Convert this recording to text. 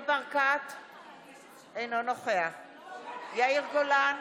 אנחנו עוברים,